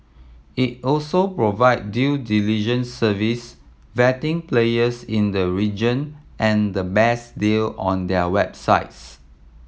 it also provide due diligence service vetting players in the region and the best deal on their websites